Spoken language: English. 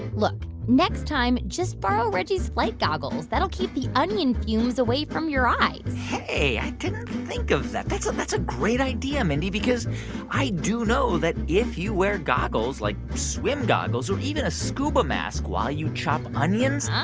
look, next time, just borrow reggie's flight goggles. that'll keep the onion fumes away from your eyes hey, i didn't think of that. that's that's a great idea, mindy, because i do know that if you wear goggles like swim goggles or even a scuba mask while you chop onions, um